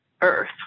Earth